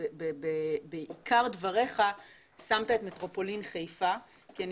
שבעיקר דבריך שמת את מטרופולין חיפה כי אני